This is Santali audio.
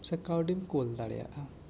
ᱥᱮ ᱠᱟᱹᱣᱰᱤ ᱮᱢ ᱠᱩᱞ ᱫᱟᱲᱮᱭᱟᱜᱼᱟ